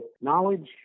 knowledge